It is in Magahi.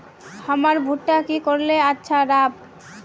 हमर भुट्टा की करले अच्छा राब?